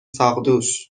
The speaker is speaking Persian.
ساقدوش